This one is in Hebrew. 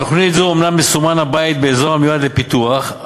בתוכנית זו אומנם מסומן הבית באזור המיועד לפיתוח,